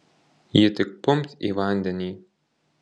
ji tik pumpt į vandenį